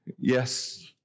Yes